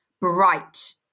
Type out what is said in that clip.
bright